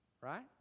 right